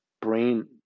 brain